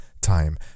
time